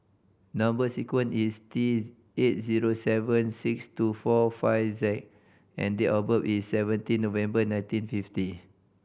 number sequence is T eight zero seven six two four five Z and date of birth is seventeen November nineteen fifty